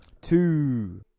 Two